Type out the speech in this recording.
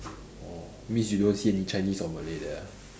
orh means you don't see any chinese or malay there ah